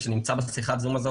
שנמצא בשיחה הזאת,